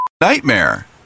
nightmare